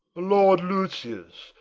lord lucius,